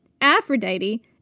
Aphrodite